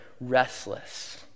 restless